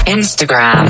Instagram